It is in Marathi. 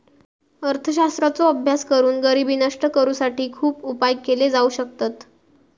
अर्थशास्त्राचो अभ्यास करून गरिबी नष्ट करुसाठी खुप उपाय केले जाउ शकतत